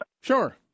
Sure